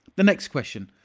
the next question,